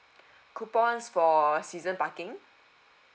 coupons for season parking